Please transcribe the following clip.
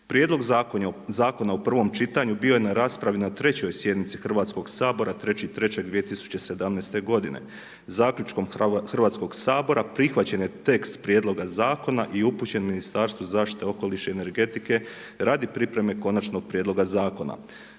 Prijedlog zakona u prvom čitanju bio je na raspravi na trećoj sjednici Hrvatskog sabora 3.3.2017. godine. Zaključkom Hrvatskog sabora prihvaćen je tekst prijedloga zakona i upućen Ministarstvu zaštite okoliša i energetike radi pripreme konačnog prijedloga zakona.